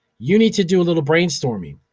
you need to do a little brainstorming.